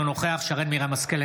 אינו נוכח שרן מרים השכל,